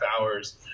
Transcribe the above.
hours